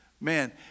Man